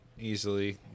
easily